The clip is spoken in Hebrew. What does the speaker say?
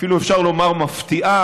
אפילו אפשר לומר מפתיעה,